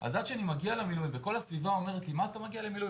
אז עד שאני מגיע למילואים וכל הסביבה אומרת לי מה אתה מגיע מילואים?